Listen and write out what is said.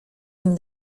nim